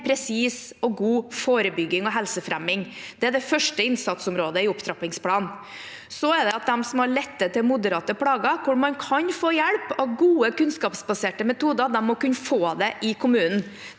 mer presis og god forebygging og helsefremming. Det er det første innsatsområdet i opptrappingsplanen. Så er det at de med lette til moderate plager, hvor man kan få hjelp av gode, kunnskapsbaserte metoder, må kunne få hjelp i kommunen.